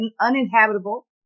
uninhabitable